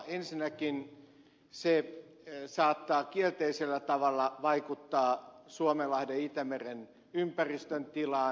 ensinnäkin se saattaa kielteisellä tavalla vaikuttaa suomenlahden ja itämeren ympäristön tilaan